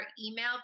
email